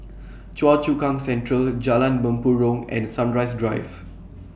Choa Chu Kang Central Jalan Mempurong and Sunrise Drive